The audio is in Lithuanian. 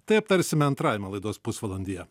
tai aptarsime antrajame laidos pusvalandyje